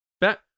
Back